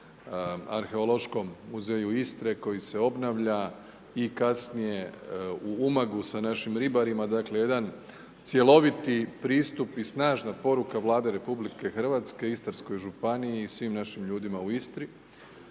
i arheološkom muzeju Istre koji se obnavlja i kasnije u Umagu s našim ribarima, dakle jedan cjeloviti pristup i snažna poruka Vlade RH i Istarskoj županiji i svim našim ljudima u Istri.